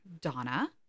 Donna